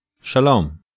Shalom